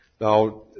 Now